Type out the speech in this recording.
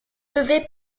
levé